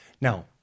Now